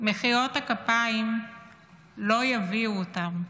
מחיאות הכפיים לא יביאו אותם.